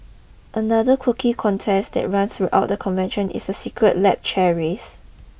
another quirky contest that runs throughout the convention is the secret lab chair race